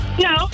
No